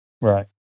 right